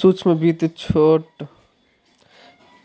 सूक्ष्म वित्त